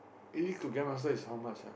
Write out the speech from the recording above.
elite to grandmaster is how much ah